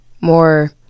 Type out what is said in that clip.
more